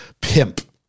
pimp